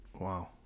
Wow